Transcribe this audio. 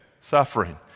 suffering